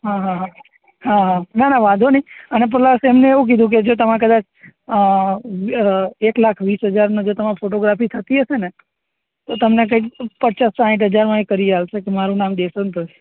હં હં હં હં હં ના ના વાધો નહીં અને પ્લસ એમણે એવું કીધું જો તમે કદાચ એક લાખ વીસ હજારનો જે તમારો ફોટોગ્રાફી થતી હશે ને તો તમને કઈક પચાસ સાઠ હજારમાં એ કરી આપશે કે મારું નામ દેશો ને તો